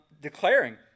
declaring